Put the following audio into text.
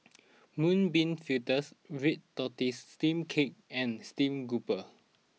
Mung Bean Fritters Red Tortoise Steamed Cake and Stream Grouper